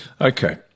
Okay